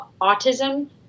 autism